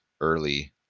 early